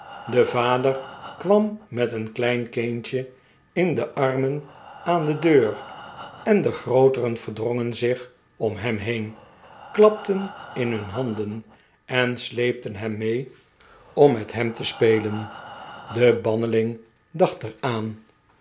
de vader kwam met een klein kindje in de armen aan de deur en de grooteren verdrongen zich om hem heen klapten in hun handen en sleepten hem mee om met hen de pick wick club itff te spelen de banneling dacht er aan